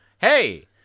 hey